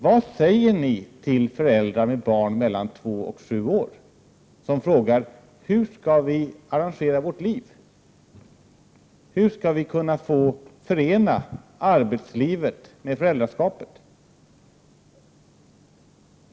Vad säger ni till familjer med barn mellan två och sju år som frågar: Hur skall vi arrangera vårt liv, hur skall vi kunna förena arbetsliv med föräldraskap?